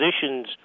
positions